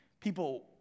people